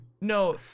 No